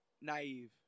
naive